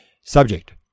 Subject